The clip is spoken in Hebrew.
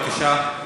בבקשה.